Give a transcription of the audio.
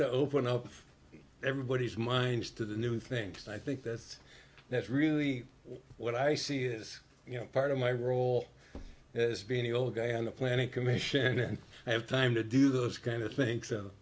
to open up everybody's minds to the new things and i think that's that's really what i see is you know part of my role as being the old guy on the planning commission and i have time to do those kind of thin